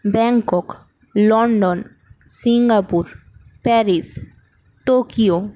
Bangkok London Singapore Paris Tokyo